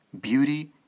beauty